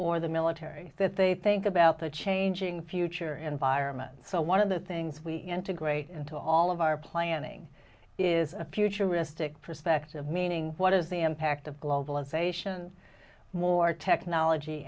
or the military that they think about the changing future environment so one of the things we integrate into all of our planning is a futuristic perspective meaning what is the impact of globalization more technology